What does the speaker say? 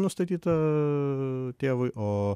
nustatyta tėvui o